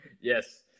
Yes